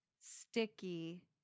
sticky